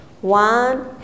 one